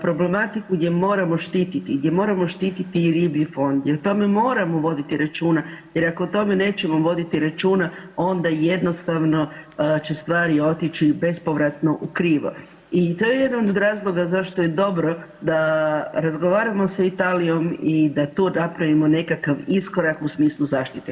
Problematiku gdje moramo štititi, gdje moramo štititi i riblji fond i o tome moramo voditi računa jer ako o tome nećemo voditi računa, onda jednostavno će stvari otići bespovratno u krivo i to je jedan od razloga zašto je dobro da razgovaramo sa Italijom i da tu napravimo nekakav iskorak u smislu zaštite.